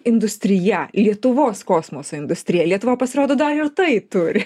industrija lietuvos kosmoso industrija lietuva pasirodo dar ir tai turi